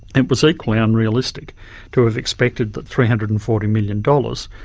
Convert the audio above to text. it was equally unrealistic to have expected that three hundred and forty million dollars,